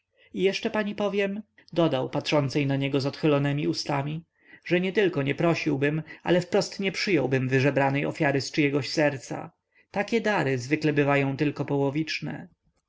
jeszcze pani powiem dodał patrzącej na niego z odchylonemi ustami nietylko nie prosiłbym ale wprost nie przyjąłbym wyżebranej ofiary z czyjegoś serca takie dary zwykle bywają tylko połowiczne